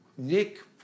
Nick